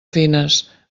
fines